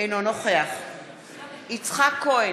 אינו נוכח יצחק כהן,